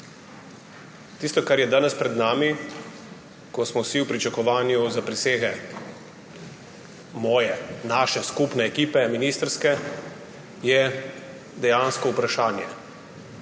Tisto, kar je danes pred nami, ko smo vsi v pričakovanju zaprisege moje, naše skupne ministrske ekipe, je dejansko vprašanje,